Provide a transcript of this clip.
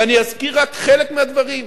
ואני אזכיר רק חלק מהדברים: